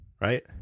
Right